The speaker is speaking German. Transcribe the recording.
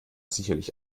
sicherlich